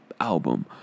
album